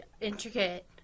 intricate